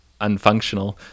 unfunctional